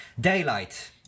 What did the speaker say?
Daylight